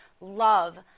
love